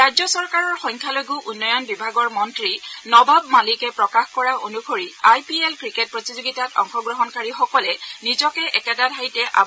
ৰাজ্য চৰকাৰৰ সংখ্যালঘূ উন্নয়ন বিভাগৰ মন্ত্ৰী নৱাব মালিকে প্ৰকাশ কৰা অনুসৰি আই পি এল ক্ৰিকেট প্ৰতিযোগিতাত অংশগ্ৰহণকাৰীসকলে নিজকে একেটা ঠাইতে আৱদ্ধ কৰি ৰাখিব লাগিব